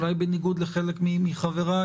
אולי בניגוד לחלק מחבריי,